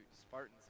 Spartans